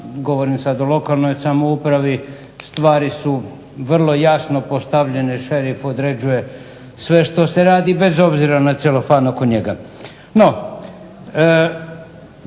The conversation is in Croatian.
govorim sad o lokalnoj samoupravi. Stvari su vrlo jasno postavljene. Šerif određuje sve što se radi bez obzira na celofan oko njega.